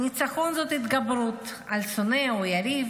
"ניצחון" הוא התגברות על שונא או יריב